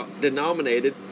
denominated